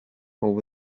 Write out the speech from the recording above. over